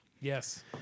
Yes